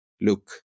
look